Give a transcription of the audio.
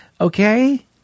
okay